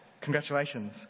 Congratulations